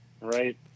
Right